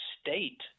state